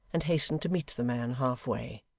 and hastened to meet the man half way